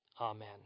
Amen